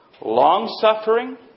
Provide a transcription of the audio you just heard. long-suffering